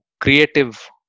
creative